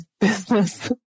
business